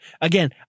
Again